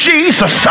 Jesus